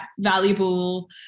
valuable